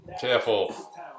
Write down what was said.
Careful